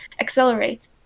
accelerate